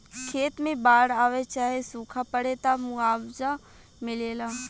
खेत मे बाड़ आवे चाहे सूखा पड़े, त मुआवजा मिलेला